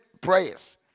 prayers